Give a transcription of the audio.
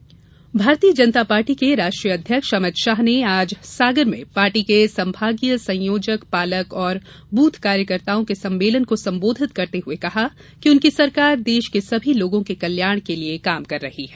अमित शाह भारतीय जनता पार्टी के राष्ट्रीय अध्यक्ष अमित शाह ने आज सागर में पार्टी के संभागीय संयोजक पालक और बूथ कार्यकर्ताओं के सम्मेलन को संबोधित करते हए कहा कि उनकी सरकार देश के सभी लोगों के कल्याण के लिये काम कर रही है